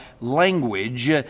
language